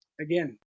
again